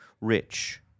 rich